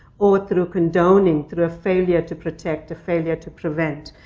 or through condoning through a failure to protect, a failure to prevent.